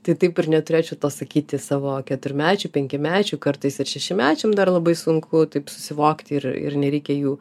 tai taip ir neturėčiau to sakyti savo keturmečiui penkiamečiui kartais ir šešiamečiam dar labai sunku taip susivokti ir ir nereikia jų